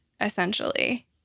essentially